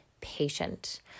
patient